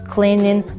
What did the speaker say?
Cleaning